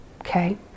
okay